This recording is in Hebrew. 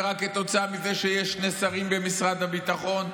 ורק כתוצאה מזה שיש שני שרים במשרד הביטחון,